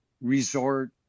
resort